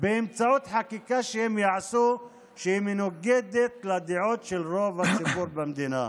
באמצעות חקיקה שיעשו שמנוגדת לדעות של רוב הציבור במדינה.